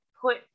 put